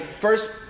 first